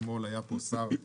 אתמול היה פה שר,